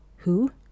Who